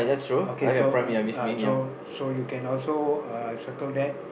okay so so so you can also uh circle that